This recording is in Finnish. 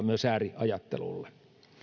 myös ääriajattelulle